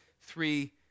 three